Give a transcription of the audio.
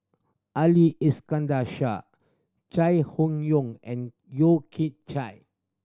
Ali Iskandar Shah Chai Hon Yoong and Yeo Kian Chai